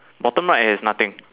bottom right has nothing